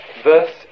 verse